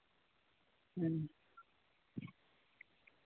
ᱦᱮᱸ